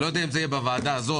אני לא יודע אם זה יהיה בוועדה הזאת